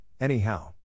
anyhow